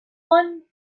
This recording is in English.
one